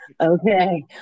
Okay